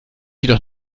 jedoch